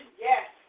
Yes